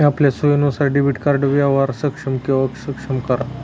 आपलया सोयीनुसार debit card व्यवहार सक्षम किंवा अक्षम करा